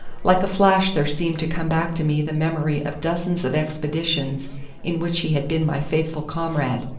like a flash there seemed to come back to me the memory of dozens of expeditions in which he had been my faithful comrade,